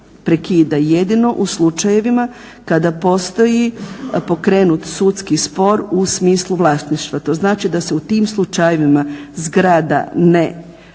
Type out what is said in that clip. prekida jedino u slučajevima kada postoji pokrenut sudski spor u smislu vlasništva. To znači da se u tim slučajevima zgrada ne, dakle